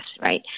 right